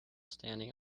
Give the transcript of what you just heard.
standing